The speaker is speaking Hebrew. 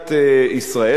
מדינת ישראל,